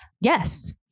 Yes